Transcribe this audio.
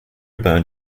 byrne